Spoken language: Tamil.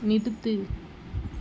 நிறுத்து